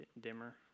dimmer